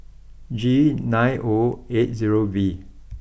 G nine O eight zero V